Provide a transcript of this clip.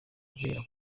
kubera